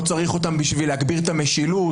לא צריך אותם בשביל להגביר את המשילות